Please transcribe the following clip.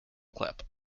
clip